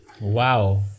Wow